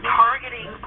targeting